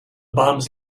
bombs